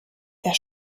der